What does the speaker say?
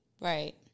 right